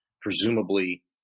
Presumably